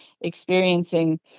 experiencing